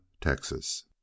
Texas